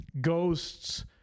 ghosts